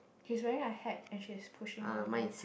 he is wearing a hat as he is pushing the ball